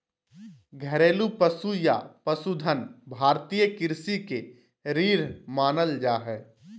घरेलू पशु या पशुधन भारतीय कृषि के रीढ़ मानल जा हय